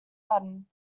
button